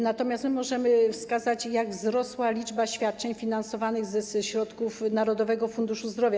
Natomiast możemy wskazać, jak wzrosła liczba świadczeń finansowanych ze środków Narodowego Funduszu Zdrowia.